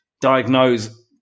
diagnose